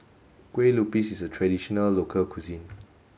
Kue Lupis is a traditional local cuisine